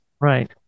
right